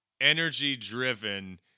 energy-driven